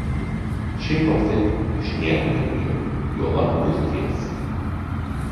šiaip ar taip aš nieko nebijau juolab mirties